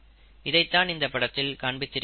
இதைத்தான் இந்த படத்தில் காண்பித்திருக்கிறார்கள்